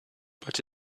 but